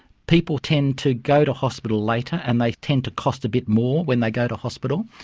people tend to go to hospital later and they tend to cost a bit more when they go to hospital,